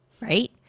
right